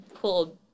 cool